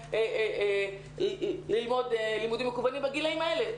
כנראה ללמוד לימודים מקוונים בגילאים האלה.